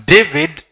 David